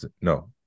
No